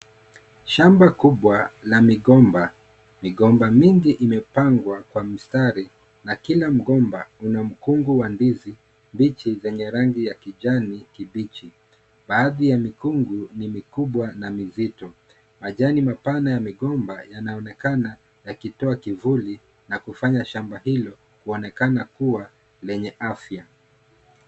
Shamba kubwa la migomba. Migomba mingi imepangwa kwa mstari na Kila mgomba una mkungu wa ndizi mbichi zenye rangi ya kijani kipichi. Baadhi ya mkungu ni mikubwa na mizito. Majani mapana ya migomba yanaonekana yakitoa kivuli, na kufanyia shamba hilo kaonekana kuwa lenye afya.